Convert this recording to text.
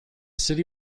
city